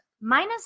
Minus